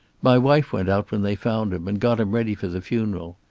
my wife went out when they found him and got him ready for the funeral.